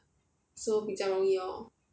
so 比较容易 lor